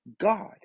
God